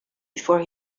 before